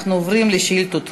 אנחנו עוברים לשאילתות דחופות.